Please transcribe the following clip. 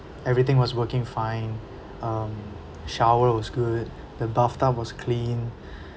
everything was working fine um shower was good the bathtub was clean